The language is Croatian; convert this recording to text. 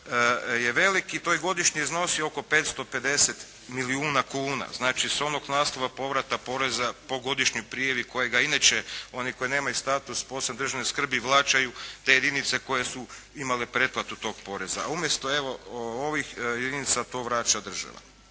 je velik i to godišnje iznosi oko 550 milijuna kuna. Znači, s onog naslova povrata poreza po godišnjoj prijavi kojega inače oni koji nemaju status posebne državne skrbi vraćaju te jedinice koje su imale pretplatu tog poreza. A umjesto evo ovih jedinica to vraća država.